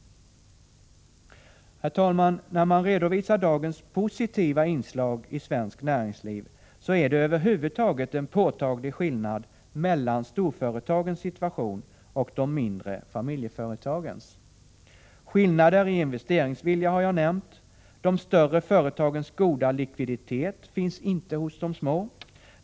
Herr talman! När man redovisar dagens positiva inslag i svenskt näringsliv måste man nämna att det över huvud taget är en påtaglig skillnad mellan storföretagens situation och de mindre familjeföretagens. Skillnader i investeringsvilja har jag nämnt. De större företagens goda likviditet finns inte hos de små.